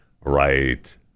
Right